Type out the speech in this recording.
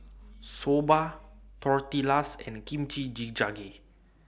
Soba Tortillas and Kimchi Jjigae